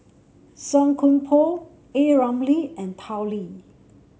Song Koon Poh A Ramli and Tao Li